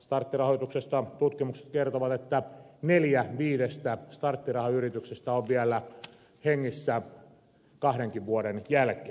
starttirahoituksesta tutkimukset kertovat että neljä viidestä starttirahayrityksestä on hengissä vielä kahdenkin vuoden jälkeen